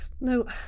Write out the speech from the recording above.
No